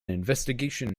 investigation